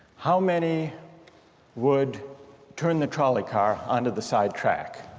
how many would turn the trolley car onto the side track?